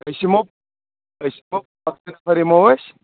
أسۍ یمو أسۍ یمو سَر یمو أسۍ